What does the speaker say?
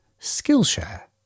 Skillshare